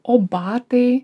o batai